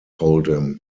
hold’em